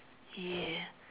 ya